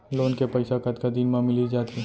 Loan के पइसा कतका दिन मा मिलिस जाथे?